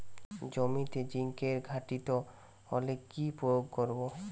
জমিতে জিঙ্কের ঘাটতি হলে কি প্রয়োগ করব?